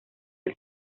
del